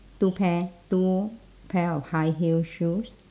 two pair two pair of high heel shoes